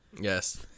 Yes